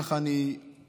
ככה אני שומע,